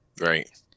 right